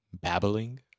babbling